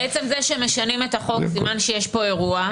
עצם זה שמשנים את החוק, סימן שיש פה אירוע.